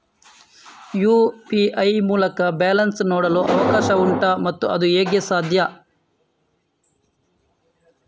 UPI ಮೂಲಕ balance ನೋಡಲು ಅವಕಾಶ ಉಂಟಾ ಮತ್ತು ಅದು ಹೇಗೆ?